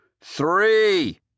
three